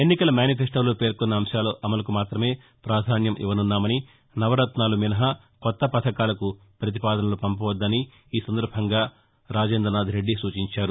ఎన్నికల మేనిఫెస్టోలో పేర్కొన్న అంశాల అమలుకు మాత్రమే పాధాన్యం ఇవ్వనున్నామని నవరత్నాలు మినహా కొత్త పథకాలకు ప్రతిపాదనలు పంపవద్దని ఈ సందర్భంగా బుగ్గన రాజేంద్రనాథ్రెడ్డి సూచించారు